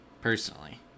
personally